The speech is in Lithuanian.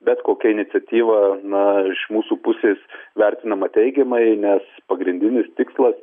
bet kokia iniciatyva na mūsų pusės vertinama teigiamai nes pagrindinis tikslas